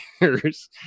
years